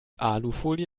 alufolie